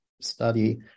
study